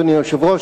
אדוני היושב-ראש,